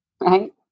right